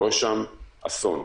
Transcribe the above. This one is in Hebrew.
קורה שם אסון.